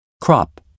crop